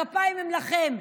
הכפיים הם לכם.